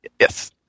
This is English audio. Yes